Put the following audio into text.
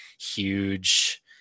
huge